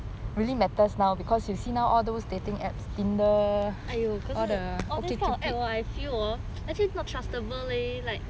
!aiyo! 可是 all these kind of app I feel hor actually not trustable leh like